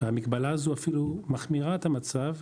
המגבלה הזו אפילו מחמירה את המצב,